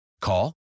Call